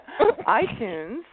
iTunes